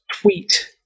Tweet